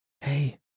hey